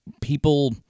people